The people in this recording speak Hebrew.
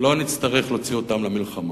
לא נצטרך להוציא אותם למלחמה.